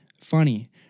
Funny